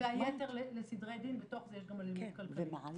והיתר לסדרי דין, בתוך זה יש גם אלימות כלכלית.